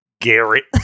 Garrett